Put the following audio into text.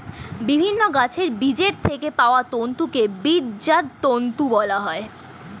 বিভিন্ন গাছের বীজের থেকে পাওয়া তন্তুকে বীজজাত তন্তু বলা হয়